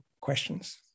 questions